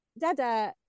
Dada